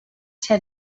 ser